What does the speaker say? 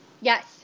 Yes